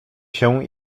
się